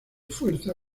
fuerza